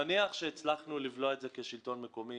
נניח שהצלחנו לבלוע את זה כשלטון המקומי.